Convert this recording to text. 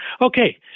Okay